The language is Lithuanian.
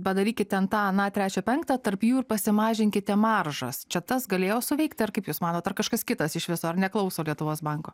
padarykit ten tą aną trečią penktą tarp jų ir pasimažinkite maržas čia tas galėjo suveikt ar kaip jūs manot ar kažkas kitas iš viso ar neklauso lietuvos banko